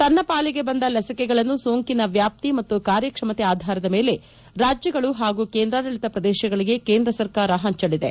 ತನ್ನ ಪಾಲಿಗೆ ಬಂದ ಲಸಿಕೆಗಳನ್ನು ಸೋಂಕಿನ ವ್ಯಾಪ್ತಿ ಮತ್ತು ಕಾರ್ಯಕ್ಷಮತೆ ಆಧಾರದ ಮೇಲೆ ರಾಜ್ಯಗಳು ಹಾಗೂ ಕೇಂದ್ರಾಡಳಿತ ಪ್ರದೇಶಗಳಿಗೆ ಕೇಂದ್ರ ಸರಕಾರವು ಹಂಚಲಿದೆ